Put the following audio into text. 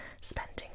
spending